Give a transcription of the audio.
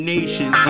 Nation